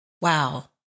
Wow